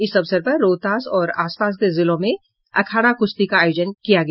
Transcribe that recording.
इस अवसर पर रोहतास और आस पास के जिलों में अखाड़ा कुश्ती का आयोजन किया गया